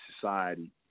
society